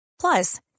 plus